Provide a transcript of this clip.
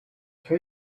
two